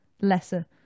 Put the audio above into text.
lesser